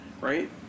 right